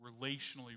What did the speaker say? relationally